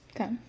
Okay